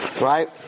right